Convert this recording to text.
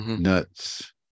Nuts